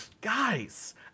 guys